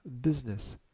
business